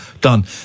done